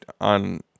on